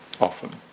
often